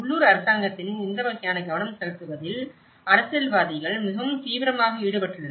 உள்ளூர் அரசாங்கத்தின் இந்த வகையான கவனம் செலுத்துவதில் அரசியல்வாதிகள் மிகவும் தீவிரமாக ஈடுபட்டுள்ளனர்